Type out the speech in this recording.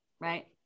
Right